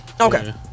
Okay